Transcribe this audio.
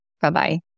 Bye-bye